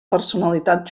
personalitat